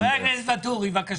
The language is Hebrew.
דיברתי מספיק בפעם הקודמת.